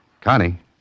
Connie